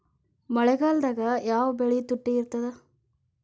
ಮಳೆಗಾಲದಾಗ ಯಾವ ಬೆಳಿ ತುಟ್ಟಿ ಇರ್ತದ?